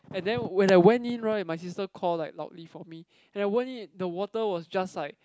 and then when I went in right my sister call like loudly for me and I went in the water was just like